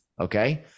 okay